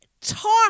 talk